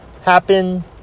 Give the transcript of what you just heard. happen